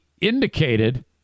indicated